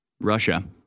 russia